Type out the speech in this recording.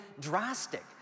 drastic